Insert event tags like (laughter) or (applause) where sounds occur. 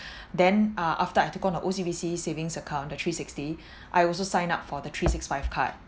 (breath) then uh after I took on a O_C_B_C savings account the three sixty (breath) I also signed up for the three six five card